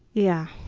yeah.